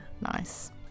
Nice